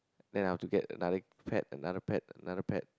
then I have to get another pet another pet another pet